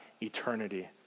eternity